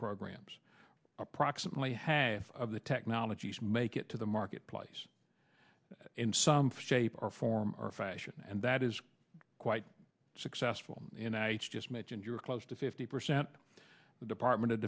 programs approximately half of the technologies make it to the marketplace in some for shape or form or fashion and that is quite successful just mentioned you're close to fifty percent of the department of